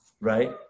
right